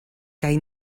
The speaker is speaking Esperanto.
kaj